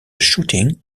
shooting